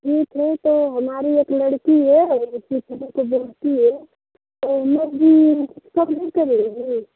ठीक है तो हमारी एक लड़की है सीखने के बोलती है तो उन लोग भी कुछ कम नहीं करेंगी